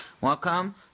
Welcome